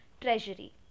Treasury